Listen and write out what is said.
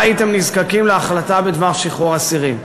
לא הייתם נזקקים להחלטה בדבר שחרור אסירים.